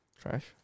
trash